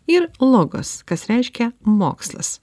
ir logos kas reiškia mokslas